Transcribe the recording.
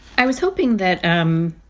i was hoping that um